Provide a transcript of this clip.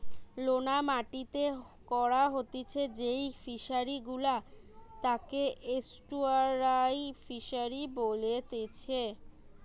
লোনা পানিতে করা হতিছে যেই ফিশারি গুলা তাকে এস্টুয়ারই ফিসারী বলেতিচ্ছে